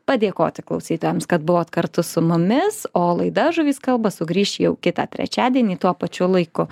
padėkoti klausytojams kad buvot kartu su mumis o laida žuvys kalba sugrįš jau kitą trečiadienį tuo pačiu laiku